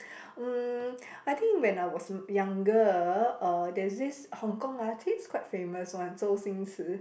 mm I think when I was m~ younger uh there's this Hong-Kong artist quite famous one 周星驰